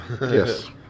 Yes